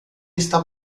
está